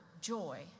joy